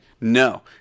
No